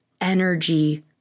energy